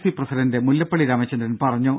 C president Mullappally Ramachandran പറഞ്ഞു